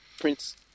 Prince